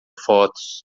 fotos